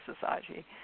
society